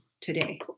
today